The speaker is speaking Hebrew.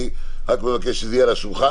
אני רק מבקש שזה יהיה על השולחן.